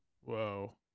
whoa